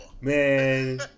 Man